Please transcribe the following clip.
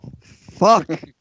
Fuck